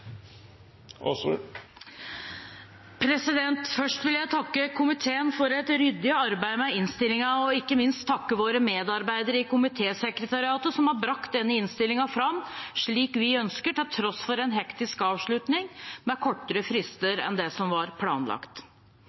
Først vil jeg takke komiteen for et ryddig arbeid med innstillingen og ikke minst takke våre medarbeidere i komitesekretariatet, som har bragt denne innstillingen fram slik vi ønsker, til tross for en hektisk avslutning med kortere frister enn det som var planlagt.